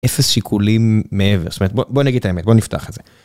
אפס שיקולים מעבר, זאת אומרת, בוא נגיד את האמת, בוא נפתח את זה.